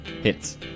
Hits